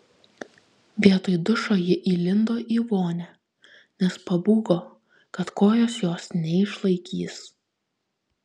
vietoj dušo ji įlindo į vonią nes pabūgo kad kojos jos neišlaikys